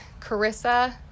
Carissa